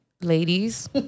ladies